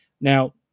Now